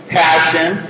passion